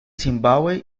zimbabue